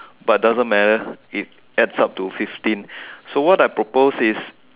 but doesn't matter it adds up to fifteen so what I propose is